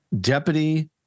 deputy